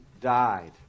died